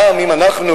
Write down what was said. גם אם אנחנו,